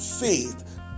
faith